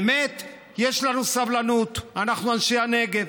האמת, יש לנו סבלנות, אנחנו, אנשי הנגב.